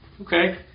okay